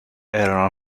erano